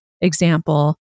example